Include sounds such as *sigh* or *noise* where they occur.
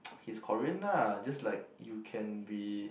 *noise* he's Korean ah just like you can be